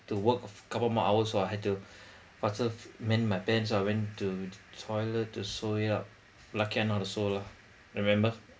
to work fo~ couple more hours [what] had to faster mend my pants I went to the toilet to sew it up luckily I know how to sew lah remember